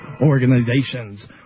organizations